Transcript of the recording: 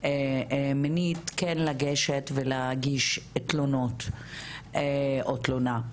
מינית כן לגשת ולהגיש תלונות או תלונה.